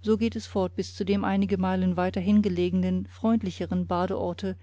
so geht es fort bis zu dem einige meilen weiterhin gelegenen freundlichen badeorte